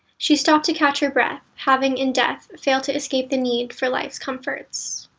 she stopped to catch her breath, having, in death, failed to escape the need for life's comforts.